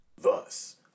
Thus